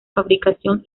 fabricación